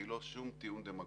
והיא לא שום טיעון דמגוגי,